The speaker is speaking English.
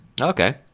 Okay